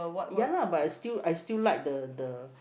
ya lah but I still I still like the the